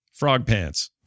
frogpants